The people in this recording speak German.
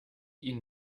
ihnen